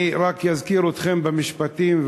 אני רק אזכיר לכם במשפטים,